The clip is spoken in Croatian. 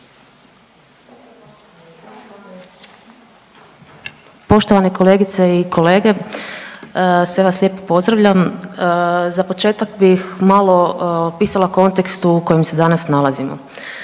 Poštovane kolegice i kolege, sve vas lijepo pozdravljam. Za početak bih malo pisala o kontekstu u kojem se danas nalazimo.